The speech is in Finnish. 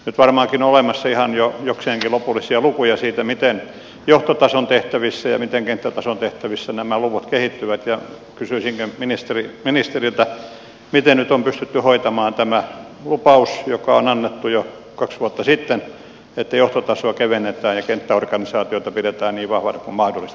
nyt varmaankin on olemassa ihan jo jokseenkin lopullisia lukuja siitä miten johtotason tehtävissä ja miten kenttätason tehtävissä nämä luvut kehittyvät ja kysyisinkin ministeriltä miten nyt on pystytty hoitamaan tämä lupaus joka on annettu jo kaksi vuotta sitten että johtotasoa kevennetään ja kenttäorganisaatiota pidetään niin vahvana kuin mahdollista